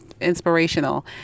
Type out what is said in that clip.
inspirational